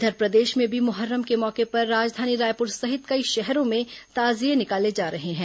इधर प्रदेश में भी मुहर्रम के मौके पर राजधानी रायपुर सहित कई शहरों में ताजिये निकाले जा रहे हैं